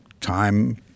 time